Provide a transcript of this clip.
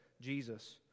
Jesus